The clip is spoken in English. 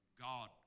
God